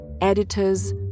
editors